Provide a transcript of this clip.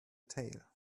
tail